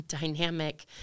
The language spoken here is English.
dynamic